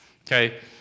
Okay